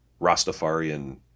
Rastafarian